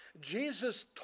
Jesus